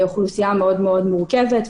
אוכלוסייה שהיא מאוד מורכבת,